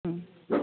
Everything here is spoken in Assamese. ও